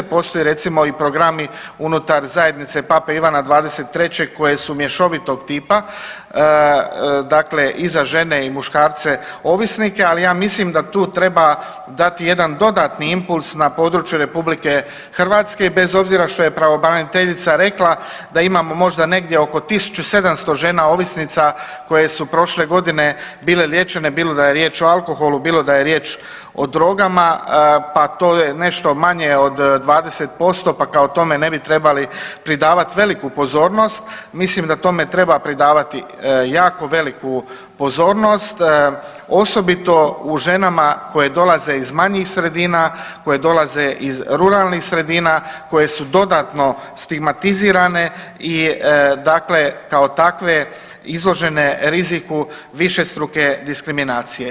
Postoji recimo i programi unutar zajednice Pape Ivana XXIII. koje su mješovitog tipa, dakle i za žene i muškarce ovisnike, ali ja mislim da tu treba dati jedan dodatni impuls na području RH bez obzira što je pravobraniteljica rekla da imamo možda negdje oko 1700 žena ovisnica koje su prošle godine bile liječene bilo da je riječ o alkoholu, bilo da je riječ o drogama, pa to je nešto manje od 20%, pa kao tome ne bi trebali pridavat veliku pozornost, mislim da tome treba pridavati jako veliku pozornost, osobito u ženama koje dolaze iz manjih sredina, koje dolaze iz ruralnih sredina, koje su dodatno stigmatizirane i dakle kao takve izložene riziku višestruke diskriminacije.